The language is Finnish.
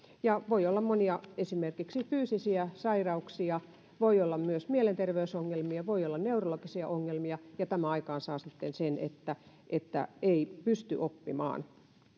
ja voi olla monia esimerkiksi fyysisiä sairauksia voi olla myös mielenterveysongelmia voi olla neurologisia ongelmia ja tämä aikaansaa sitten sen että että ei pysty oppimaan